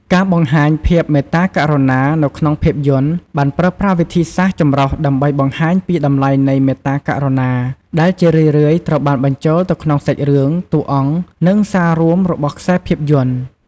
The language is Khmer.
ការបង្ហាញ "ភាពមេត្តាករុណា" នៅក្នុងភាពយន្ត បានប្រើប្រាស់វិធីសាស្រ្តចម្រុះដើម្បីបង្ហាញពីតម្លៃនៃមេត្តាករុណា ដែលជារឿយៗត្រូវបានបញ្ចូលទៅក្នុងសាច់រឿង តួអង្គ និងសាររួមរបស់ខ្សែភាពយន្ត។